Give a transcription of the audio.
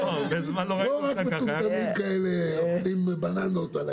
לא רק מטומטמים כאלה עם בננות.